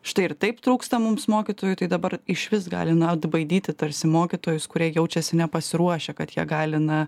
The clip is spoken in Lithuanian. štai ir taip trūksta mums mokytojų tai dabar išvis gali atbaidyti tarsi mokytojus kurie jaučiasi nepasiruošę kad jie gali na